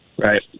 Right